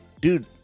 dude